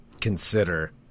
consider